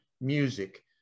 music